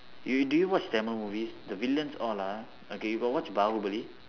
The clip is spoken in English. you do you watch tamil movies the villains all ah okay you got watch baahubali